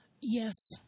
Yes